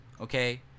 Okay